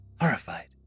horrified